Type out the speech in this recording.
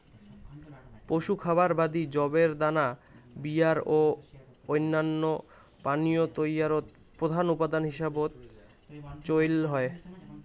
পশু খাবার বাদি যবের দানা বিয়ার ও অইন্যান্য পানীয় তৈয়ারত প্রধান উপাদান হিসাবত চইল হয়